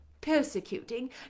persecuting